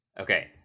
Okay